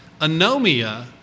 anomia